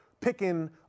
picking